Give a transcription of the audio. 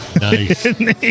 Nice